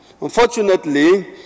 Unfortunately